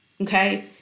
Okay